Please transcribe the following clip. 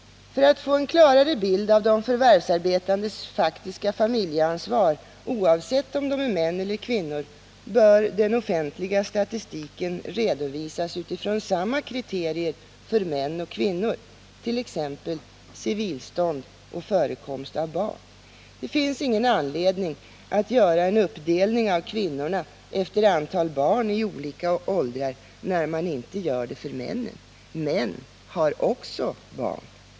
För att få en klarare bild av de förvärvsarbetandes faktiska familjeansvar, oavsett om de är män eller kvinnor, bör den offentliga statistiken redovisas utifrån samma kriterier för män och kvinnor, t.ex. civilstånd och förekomst av barn. Det finns ingen anledning att göra en uppdelning av kvinnorna efter antal barn i olika åldrar, när man inte gör det för männen. Män har ju också barn.